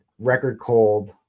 record-cold